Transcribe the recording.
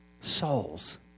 Souls